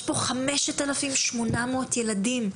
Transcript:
יש כאן 5,800 ילדים.